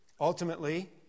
Ultimately